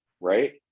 right